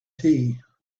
tea